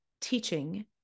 teaching